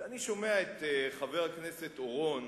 שכשאני שומע את חבר הכנסת אורון